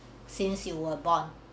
since you were born